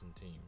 team